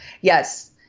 Yes